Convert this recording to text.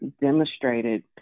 demonstrated